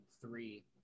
three